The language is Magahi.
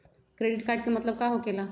क्रेडिट कार्ड के मतलब का होकेला?